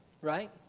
right